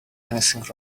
anything